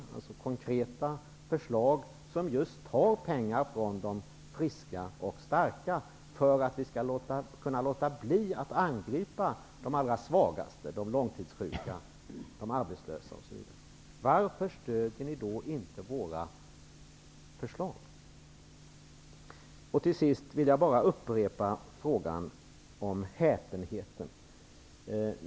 Det är alltså konkreta förslag, som just innebär att pengar tas från de friska och starka, för att man skall kunna låta bli att angripa de allra svagaste, de långtidssjuka och de arbetslösa. Varför stöder ni då inte våra förslag? Till sist vill jag bara upprepa frågan om häpenheten.